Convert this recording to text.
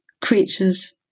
creatures